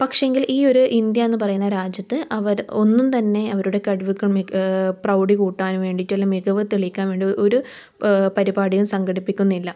പക്ഷേങ്കിൽ ഈ ഒര് ഇന്ത്യ എന്ന് പറയുന്ന രാജ്യത്ത് അവർ ഒന്നും തന്നെ അവരുടെ കഴിവുകൾ മിക പ്രൗഢി കൂട്ടാൻ വേണ്ടിയിട്ട് അല്ലേ മികവ് തെളിയിക്കാൻ വേണ്ടി ഒര് പരിപാടിയും സംഘടിപ്പിക്കുന്നില്ല